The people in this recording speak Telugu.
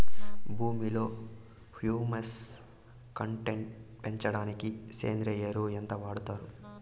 భూమిలో హ్యూమస్ కంటెంట్ పెంచడానికి సేంద్రియ ఎరువు ఎంత వాడుతారు